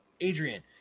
adrian